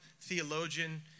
theologian